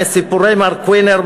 מסיפורי מר קוינר,